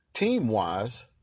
Team-wise